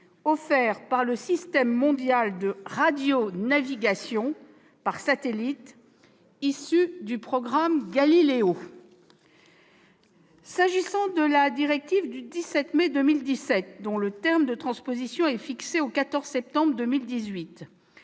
offert par le système mondial de radionavigation par satellite issu du programme Galileo. S'agissant de la directive du 17 mai 2017, dont le terme de transposition est fixé au 14 septembre 2018,